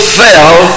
fell